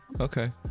Okay